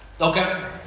Okay